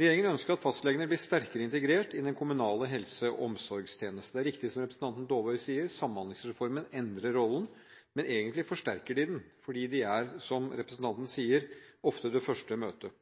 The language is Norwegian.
Regjeringen ønsker at fastlegene blir sterkere integrert i den kommunale helse- og omsorgstjenesten. Det er riktig som representanten Dåvøy sier: Samhandlingsreformen endrer rollen. Men egentlig forsterker fastlegene den fordi de er, som representanten sier, ofte det første møtet med helsetjenesten.